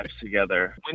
together